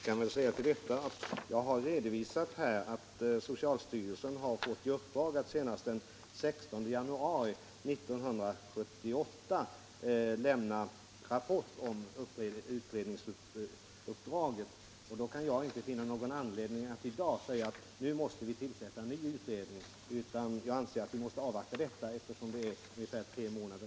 Herr talman! Jag har redovisat att socialstyrelsen har fått i uppdrag att senast den 16 januari 1978 lämna rapport om utredningsuppdraget. Därför finner jag ingen anledning att i dag säga att nu måste vi tillsätta en ny utredning. Vi bör avvakta dei: rapport som kommer om ungefär tre månader.